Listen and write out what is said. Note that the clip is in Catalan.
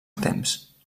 temps